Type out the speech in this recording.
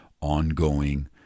ongoing